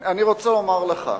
אני רוצה לומר לך,